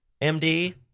MD